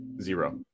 Zero